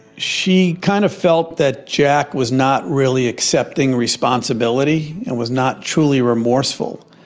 she kind of felt that jack was not really accepting responsibility and was not truly remorseful.